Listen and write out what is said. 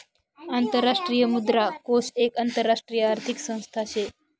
आंतरराष्ट्रीय मुद्रा कोष एक आंतरराष्ट्रीय आर्थिक संस्था शे